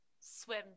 swim